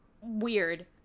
weird